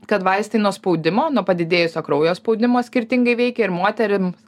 kad vaistai nuo spaudimo nuo padidėjusio kraujo spaudimo skirtingai veikia ir moterim